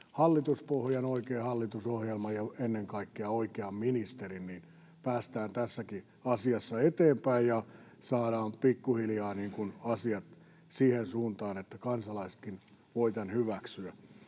hallituspohjan, oikean hallitusohjelman ja ennen kaikkea oikean ministerin, että päästään tässäkin asiassa eteenpäin ja saadaan pikkuhiljaa asiat siihen suuntaan, että kansalaisetkin voivat tämän hyväksyä.